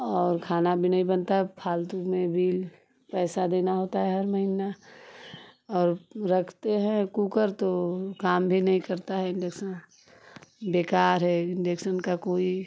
और खाना भी नहीं बनता है फ़ालतू में बिल पैसा देना होता है हर महीना और रखते हैं कुकर तो काम भी नहीं करता है इण्डक्शन बेकार है इण्डक्शन का कोई वह